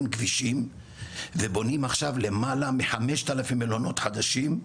של כבישים ובונים למעלה מ 5,000 מלונות חדשים.